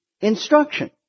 instruction